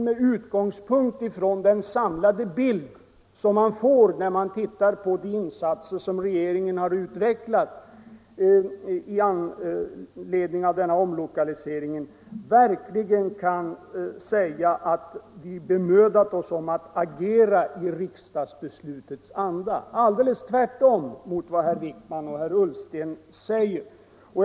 Med utgångspunkt i den samlade bild = ej önskar medfölja man får när man ser på de insatser som regeringen gjort i anledning = vid verksutflyttning, av omlokaliseringsbeslutet vill jag påstå att vi verkligen har bemödat — m.m. oss om att agera i riksdagsbeslutets anda — alldeles tvärt emot vad herrar Wijkman och Ullsten här sade!